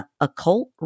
Occult